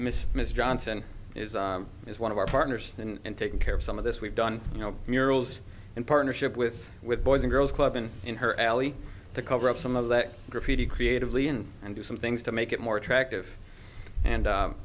miss miss johnson is one of our partners and taken care of some of this we've done you know murals in partnership with with boys and girls club and in her alley to cover up some of that graffiti creatively and and do some things to make it more attractive and